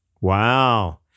Wow